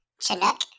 Chinook